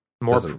More